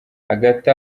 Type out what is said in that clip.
hagati